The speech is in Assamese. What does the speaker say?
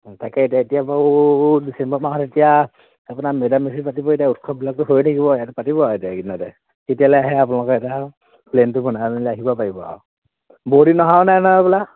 তাকে এতিয়া এতিয়া বাৰু ডিচেম্বৰ মাহত এতিয়া আপোনাৰ মেদামমেফি পাতিব এতিয়া উৎসৱবিলাকটো হৈ থাকিব এ পাতিব এতিয়া আহে আপোনালোকে এটা প্লেনটো বনাইনে আহিব পাৰিব আও বহুদিন অহাও নাই নহয়